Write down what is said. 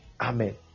amen